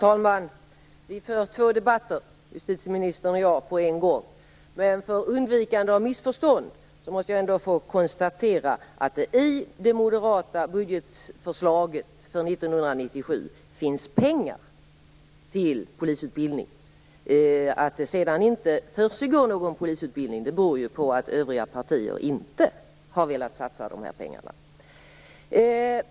Herr talman! Justitieministern och jag för två debatter på en gång. Men för undvikande av missförstånd måste jag få konstatera att det i det moderata budgetförslaget för 1997 finns pengar till polisutbildning. Att det sedan inte försiggår någon polisutbildning beror ju på att övriga partier inte har velat satsa de pengarna.